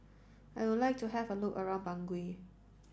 I would like to have a look around Bangui